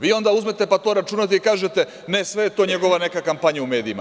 Vi onda uzmete pa to računate i kažete – ne, sve je to njegova neka kampanja u medijima.